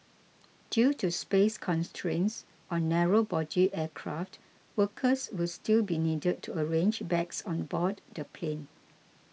due to space constraints on narrow body aircraft workers will still be needed to arrange bags on board the plane